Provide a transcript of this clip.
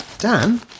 Dan